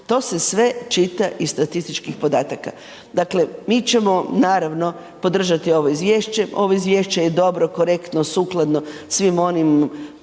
to se sve čita iz statističkih podataka. Dakle, mi ćemo naravno podržati ovo Izvješće, ovo Izvješće je dobro, korektno, sukladno svim onim